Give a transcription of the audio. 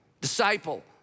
disciple